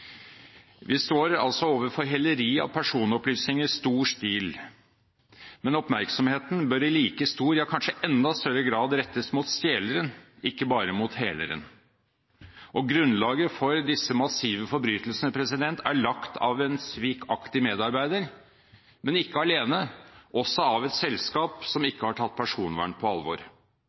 Vi står altså overfor heleri av personopplysninger i stor stil. Men oppmerksomheten bør i like stor – ja, kanskje enda større – grad rettes mot stjeleren, ikke bare mot heleren. Og grunnlaget for disse massive forbrytelsene er lagt av en svikaktig medarbeider, men ikke alene, også av et selskap som ikke har tatt personvern på alvor.